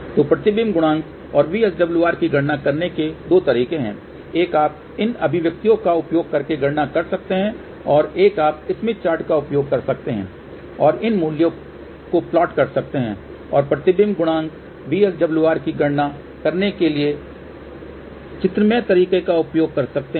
तो प्रतिबिंब गुणांक और VSWR की गणना करने के दो तरीके हैं एक आप इन अभिव्यक्तियों का उपयोग करके गणना कर सकते हैं और एक आप स्मिथ चार्ट का उपयोग कर सकते हैं और इन मूल्यों की प्लाट कर सकते हैं और प्रतिबिंब गुणांक और VSWR की गणना करने के लिए चित्रमय तरीके का उपयोग कर सकते हैं